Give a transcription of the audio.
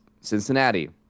Cincinnati